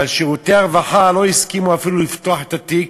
אבל שירותי הרווחה לא הסכימו אפילו לפתוח את התיק,